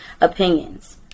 opinions